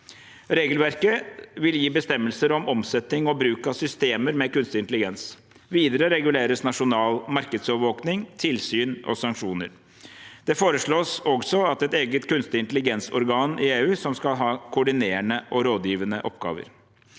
Regelverket vil gi bestemmelser om omsetning og bruk av systemer med kunstig intelligens. Videre reguleres nasjonal markedsovervåkning, tilsyn og sanksjoner. Det foreslås også et eget kunstig intelligens-organ i EU som skal ha koordinerende og rådgivende oppgaver.